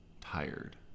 tired